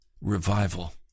revival